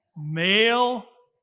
male,